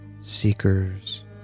seekers